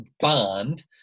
bond